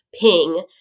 ping